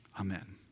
Amen